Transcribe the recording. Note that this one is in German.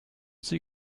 sie